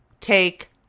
take